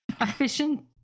efficient